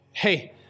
Hey